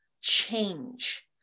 change